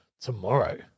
tomorrow